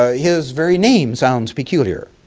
ah his very name sounds peculiar.